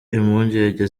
impungenge